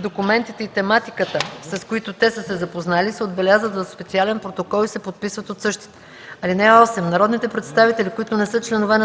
документите и тематиката, с които те са се запознали, се отбелязват в специален протокол и се подписват от същите. (8) Народните представители, които не са членове